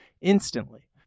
instantly